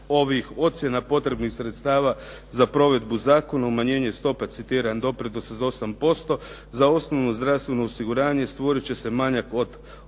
ovih ocjena potrebnih sredstava za provedbu zakona, umanjene stope citiram: "doprinos iz 8% za osnovno zdravstveno osiguranje stvoriti će se manjak oko